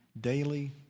daily